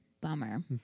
bummer